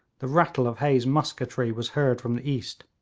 the rattle of hay's musketry was heard from the east.